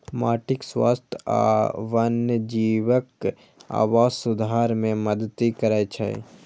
माटिक स्वास्थ्य आ वन्यजीवक आवास सुधार मे मदति करै छै